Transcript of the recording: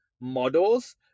models